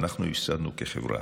ואנחנו הפסדנו כחברה,